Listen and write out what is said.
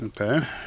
Okay